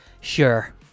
Sure